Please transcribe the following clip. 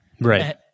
Right